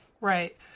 Right